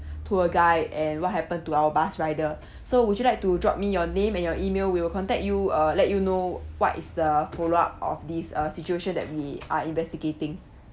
tour guide and what happen to our bus rider so would you like to drop me your name and your email we'll contact you uh let you know what is the follow up of this uh situation that we are investigating